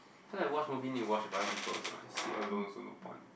feel like watch movie need to watch with other people also one sit alone also no point